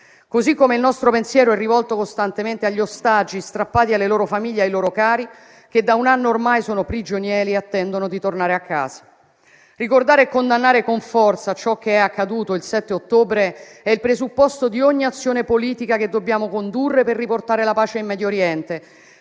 modo, il nostro pensiero è rivolto costantemente agli ostaggi strappati alle loro famiglie e ai loro cari, che da un anno ormai sono prigionieri e attendono di tornare a casa. Ricordare e condannare con forza ciò che è accaduto il 7 ottobre è il presupposto di ogni azione politica che dobbiamo condurre per riportare la pace in Medio Oriente,